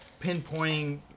pinpointing